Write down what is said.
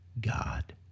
God